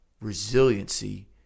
resiliency